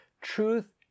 Truth